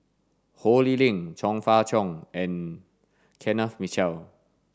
Ho Lee Ling Chong Fah Cheong and Kenneth Mitchell